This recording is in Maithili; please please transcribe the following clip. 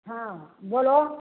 हँ बोलो